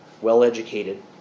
well-educated